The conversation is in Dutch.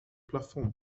plafond